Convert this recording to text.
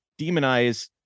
demonize